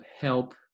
help